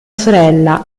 sorella